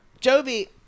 Jovi